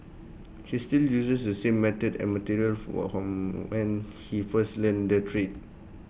he still uses the same method and materials from whom when he first learnt the trade